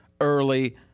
early